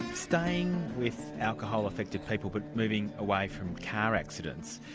staying with alcohol-affected people but moving away from car accidents,